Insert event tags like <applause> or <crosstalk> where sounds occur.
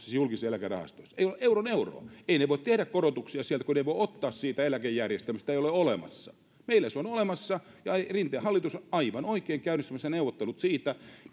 <unintelligible> siis julkisissa eläkerahastoissa ei ole euron euroa eivät he voi tehdä korotuksia sieltä kun ei voi ottaa siitä eläkejärjestelmästä sitä ei ole olemassa meillä se on olemassa ja rinteen hallitus on aivan oikein käynnistämässä neuvottelut siitä